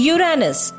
Uranus